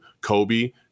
kobe